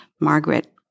Margaret